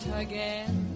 Again